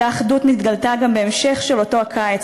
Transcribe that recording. אותה האחדות נתגלתה גם בהמשך של אותו הקיץ,